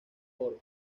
oro